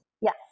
Yes